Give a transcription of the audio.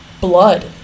blood